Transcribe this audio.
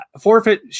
forfeit